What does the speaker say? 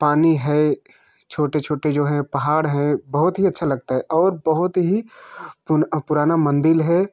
पानी है छोटे छोटे जो है पहाड़ है बहुत ही अच्छा लगता है और बहुत ही पुराना मंदिर है